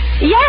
Yes